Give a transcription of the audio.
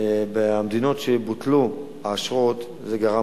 במדינות שבהן בוטלו האשרות זה גרם,